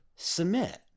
Submit